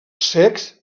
secs